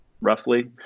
roughly